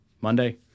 monday